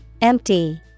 Empty